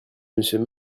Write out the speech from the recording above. monsieur